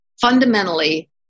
fundamentally